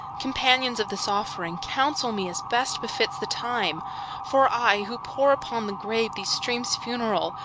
companions of this offering, counsel me as best befits the time for i, who pour upon the grave these streams funereal,